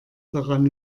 daran